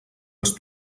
els